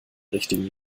richtigen